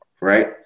right